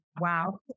wow